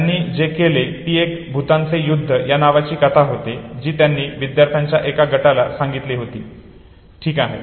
त्यांनी जे केले ती एक भूतांचे युध्द या नावाची कथा होती जी त्यांनी विद्यार्थ्यांच्या एका गटाला सांगितलेली होती ठीक आहे